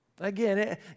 Again